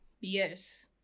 yes